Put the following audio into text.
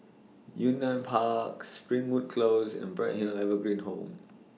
Yunnan Park Springwood Close and Bright Hill Evergreen Home